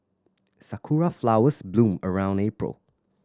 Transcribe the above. sakura flowers bloom around April